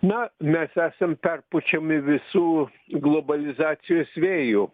na mes esam perpučiami visų globalizacijos vėjų